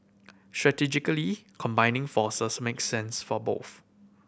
strategically combining forces makes sense for both